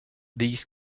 these